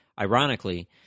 Ironically